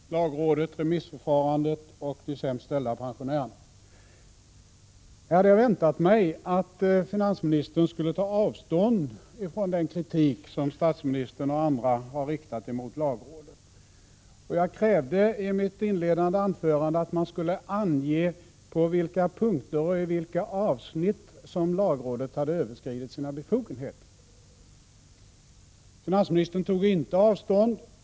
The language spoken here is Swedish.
Herr talman! Jag vill ta upp tre avsnitt: lagrådet, remissförfarandet och de sämst ställda pensionärerna. Jag hade väntat mig att finansministern skulle ta avstånd från den kritik som statsministern och andra har riktat mot lagrådet, och jag krävde i mitt inledningsanförande att man skulle ange på vilka punkter och i vilka avsnitt som lagrådet hade överskridit sina befogenheter. Finansministern tog inte avstånd.